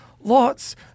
lots